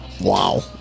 Wow